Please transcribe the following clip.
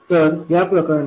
तर या प्रकरणात